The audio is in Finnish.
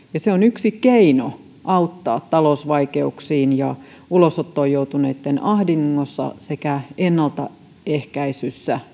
se on yksi keino auttaa talousvaikeuksiin ja ulosottoon joutuneitten ahdingossa sekä ennaltaehkäisyssä